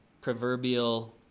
proverbial